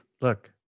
look